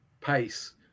pace